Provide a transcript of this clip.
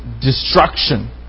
destruction